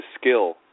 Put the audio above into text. skill